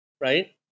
right